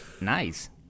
Nice